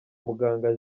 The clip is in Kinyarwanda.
muganga